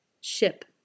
ship